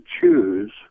choose